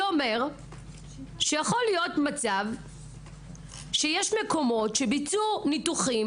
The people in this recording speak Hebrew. שאומר שיכול להיות מצב שיש מקומות שביצעו ניתוחים